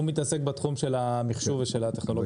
הוא מתעסק בתחום של המחשב ושל הטכנולוגיה.